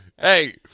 Hey